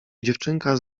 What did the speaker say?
dziewczynka